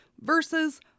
versus